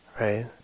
right